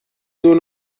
nur